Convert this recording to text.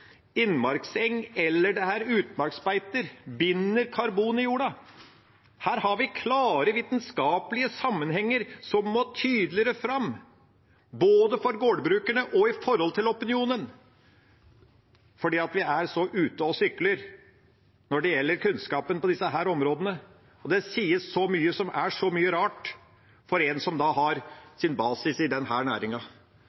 innmarkseng eller utmarksbeite, binder karbon i jorda. Her har vi klare, vitenskapelige sammenhenger som må tydeligere fram for både gårdbrukerne og opinionen, for vi er ute og sykler når det gjelder kunnskapen på disse områdene. For en som har sin basis i denne næringen, sies det mye rart. Derfor er